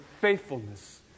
faithfulness